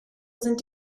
sind